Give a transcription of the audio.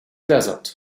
desert